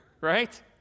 right